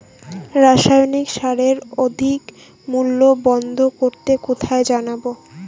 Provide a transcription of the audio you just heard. রাসায়নিক সারের অধিক মূল্য বন্ধ করতে কোথায় জানাবো?